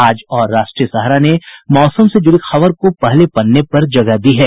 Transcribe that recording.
आज और राष्ट्रीय सहारा ने मौसम से जुड़ी खबर को पहले पन्ने पर जगह दी है